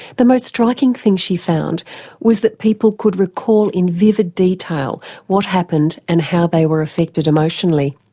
the most striking thing she found was that people could recall in vivid detail what happened and how they were affected emotionally.